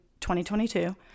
2022